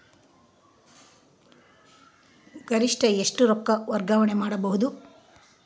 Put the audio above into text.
ಗರಿಷ್ಠ ಎಷ್ಟು ರೊಕ್ಕ ವರ್ಗಾವಣೆ ಮಾಡಬಹುದು?